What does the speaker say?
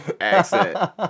accent